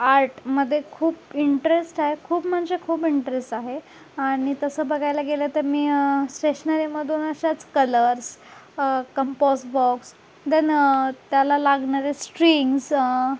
आर्टमध्ये खूप इंट्रेस्ट आहे खूप म्हणजे खूप इंट्रेस्ट आहे आणि तसं बघायला गेलं तर मी स्टेशनरीमधून अशाच कलर्स कंपॉस बॉक्स देन त्याला लागणारे स्ट्रिंग्ज